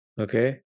okay